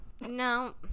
No